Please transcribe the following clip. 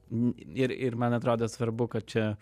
n ir ir man atrodo svarbu kad čia